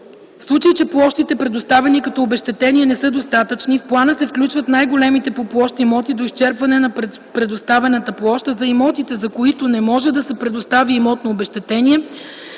В случай, че площите, предоставени като обезщетение не са достатъчни, в плана се включват най-големите по площ имоти, до изчерпване на предоставената площ, а за имотите, за които не може да се предостави имотно обезщетение,